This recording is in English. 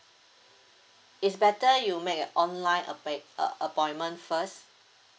is better you make a online app~ uh appointment first